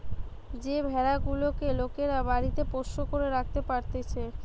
যে ভেড়া গুলেক লোকরা বাড়িতে পোষ্য করে রাখতে পারতিছে